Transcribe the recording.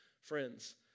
friends